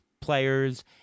players